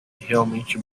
realmente